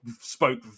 spoke